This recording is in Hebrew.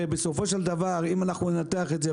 הרי בסופו של דבר אם אנחנו ננתח את זה,